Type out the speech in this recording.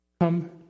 Come